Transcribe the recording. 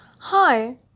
Hi